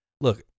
Look